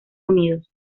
unidos